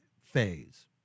phase